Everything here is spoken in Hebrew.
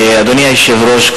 אדוני היושב-ראש,